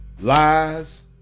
lies